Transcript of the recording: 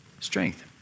Strength